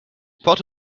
port